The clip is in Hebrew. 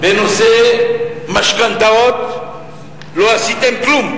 בנושא משכנתאות לא עשיתם כלום.